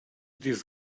this